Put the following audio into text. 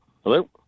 Hello